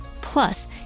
Plus